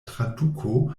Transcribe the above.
traduko